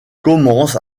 commence